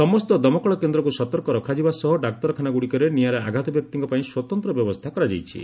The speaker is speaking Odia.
ସମସ୍ତ ଦମକଳ କେନ୍ଦ୍ରକୁ ସତର୍କ ରଖାଯିବା ସହ ଡାକ୍ତରଖାନାଗୁଡ଼ିକରେ ନିଆଁରେ ଆଘାତ ବ୍ୟକ୍ତିଙ୍କ ପାଇଁ ସ୍ୱତନ୍ତ୍ର ବ୍ୟବସ୍ଥା କରାଯାଇଚି